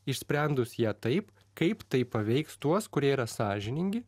išsprendus ją taip kaip tai paveiks tuos kurie yra sąžiningi